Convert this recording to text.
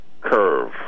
curve